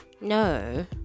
No